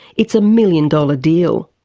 it's a million-dollar deal.